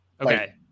Okay